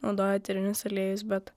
naudoja eterinius aliejus bet